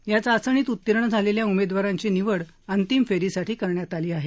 या चाचणीत उत्तीर्ण झालेल्या उमेदवारांची निवड अंतिम फेरीसाठी करण्यात आली आहे